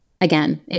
Again